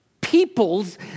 peoples